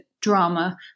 drama